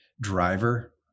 driver